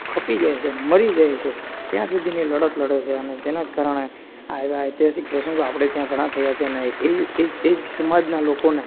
ખપી જાય છે મરી જાય છે ત્યાં સુધીની લડત લડે છે અને તેનાજ કારણે આવા ઐતિહાસિક પ્રસંગો આપણે ત્યાં ઘણાં થયા છેને એજ સમાજના લોકોને